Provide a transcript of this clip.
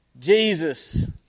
Jesus